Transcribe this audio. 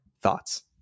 Thoughts